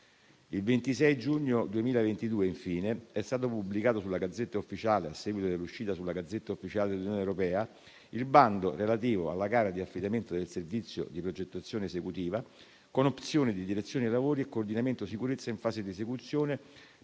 Il 26 giugno 2022, infine, è stato pubblicato sulla *Gazzetta Ufficiale*, a seguito dell'uscita sulla *Gazzetta Ufficiale* dell'Unione europea, il bando relativo alla gara di affidamento del servizio di progettazione esecutiva con opzione di direzione lavori e coordinamento sicurezza in fase di esecuzione